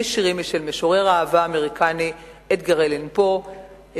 שירים משל משורר האהבה האמריקני אדגר אלן פו,